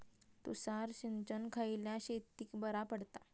तुषार सिंचन खयल्या शेतीक बरा पडता?